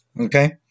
Okay